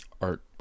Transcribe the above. art